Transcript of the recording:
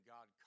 God